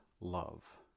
love